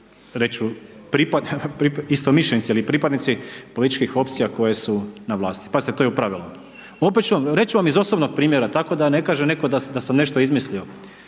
istomišljenici ili pripadnici političkih opcija koje su na vlasti, pazite to je u pravilu. Opet, reć ću vam iz osobnog primjera, tako da ne kaže neko da sam nešto izmislio.